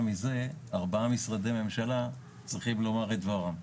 מזה ארבעה משרדי ממשלה צריכים לומר את דברם.